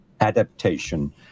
adaptation